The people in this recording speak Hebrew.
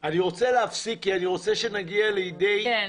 אני רוצה להפסיק כי אני רוצה שנגיע לידי --- כן,